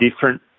different